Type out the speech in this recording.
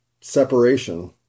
separation